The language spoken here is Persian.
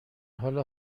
حال